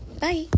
bye